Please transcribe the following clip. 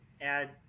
add